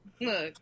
Look